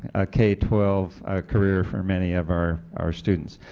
a k twelve career for many of our our students.